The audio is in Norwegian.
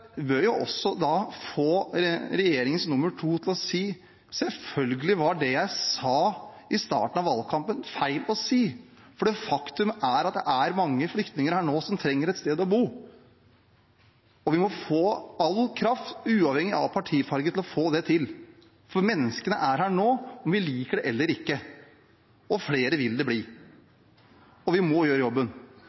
også få regjeringens nummer to til å si at selvfølgelig var det jeg sa i starten av valgkampen, feil å si. Faktum er at det er mange flyktninger her nå som trenger et sted å bo, og vi må bruke all kraft, uavhengig av partifarge, til å få det til, for menneskene er her nå, om vi liker det eller ikke, og flere vil det bli. Og vi må gjøre jobben.